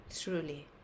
truly